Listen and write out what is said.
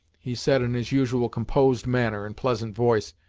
he said, in his usual, composed manner, and pleasant voice,